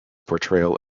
portrayal